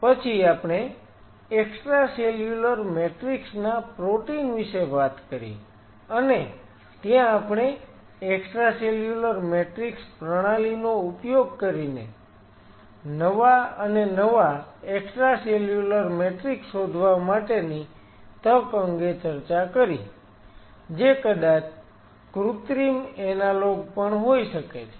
પછી આપણે extracellular matrix ના પ્રોટીન વિશે વાત કરી અને ત્યાં આપણે એક્સ્ટ્રાસેલ્યુલર મેટ્રિક્સ પ્રણાલીનો ઉપયોગ કરીને નવા અને નવા એક્સ્ટ્રાસેલ્યુલર મેટ્રિક્સ શોધવા માટેની તક અંગે ચર્ચા કરી જે કદાચ કૃત્રિમ એનાલોગ પણ હોઈ શકે છે